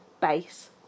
base